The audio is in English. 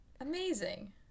Amazing